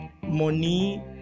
money